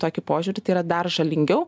tokį požiūrį tai yra dar žalingiau